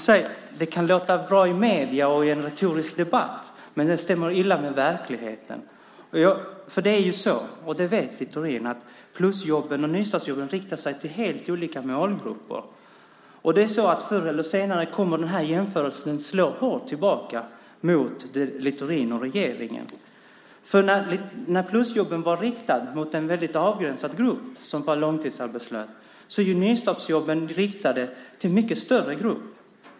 Det kan låta bra i medierna och i en retorisk debatt, men det stämmer illa med verkligheten. För det är ju så, och det vet Littorin, att plusjobben och nystartsjobben riktar sig till helt olika målgrupper. Förr eller senare kommer den jämförelsen att slå hårt tillbaka mot Littorin och regeringen. För när plusjobben var riktade mot en väldigt avgränsad grupp av långtidsarbetslösa är nystartsjobben riktade till en mycket större grupp.